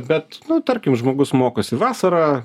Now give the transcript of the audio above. bet nu tarkim žmogus mokosi vasarą